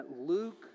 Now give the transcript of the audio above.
Luke